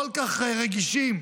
כל כך רגישים,